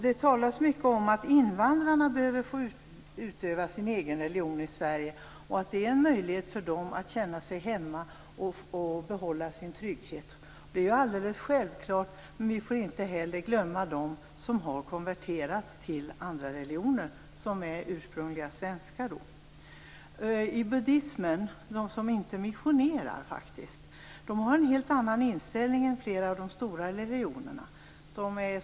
Det talas mycket om att invandrarna behöver få utöva sin egen religion i Sverige och att det är en möjlighet för dem att känna sig hemma och behålla sin trygghet. Det är alldeles självklart, men vi får inte heller glömma de ursprungliga svenskar som har konverterat till andra religioner. I buddismen missionerar man faktiskt inte. Man har en helt annan inställning än flera av de stora religionerna.